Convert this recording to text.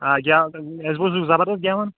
آ گٮ۪وُن اَسہِ بوٗز ژٕ چھُکھ زَبردَست گٮ۪وان